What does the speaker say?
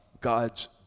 God's